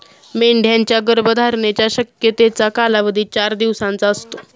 मेंढ्यांच्या गर्भधारणेच्या शक्यतेचा कालावधी चार दिवसांचा असतो